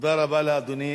תודה רבה לאדוני.